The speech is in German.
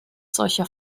solcher